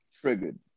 Triggered